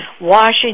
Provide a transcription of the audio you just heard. Washington